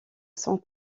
son